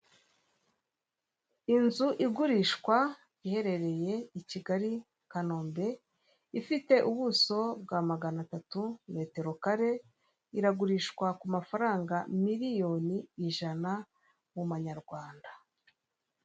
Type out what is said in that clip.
Inzu igurishwa iherereye i Kigali Kanombe ifite ubuso bwa magana atatu metero kare, iragurishwa ku mafaranga miliyoni ijana, mu mananyarwanda.